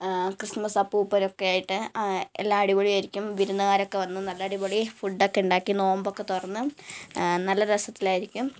Christmas അപ്പൂപ്പനോക്കെയായിട്ട് എല്ലാം അടിപൊളിയായിരിക്കും വിരുന്നുകാരൊക്കെ വന്ന് നല്ല അടിപൊളി ഫുഡോക്കെ ഉണ്ടാക്കി നോമ്പൊക്കെ തുറന്ന് നല്ല രസത്തിലായിരിക്കും